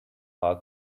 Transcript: our